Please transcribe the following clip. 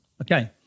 Okay